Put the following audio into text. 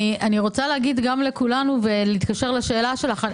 אני רוצה להגיד גם לכולנו ולהתקשר לשאלה שלך,